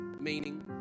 meaning